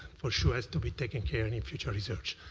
for sure, has to be taken care and in future research.